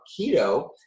keto